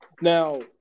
Now